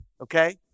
okay